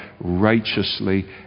righteously